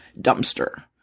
dumpster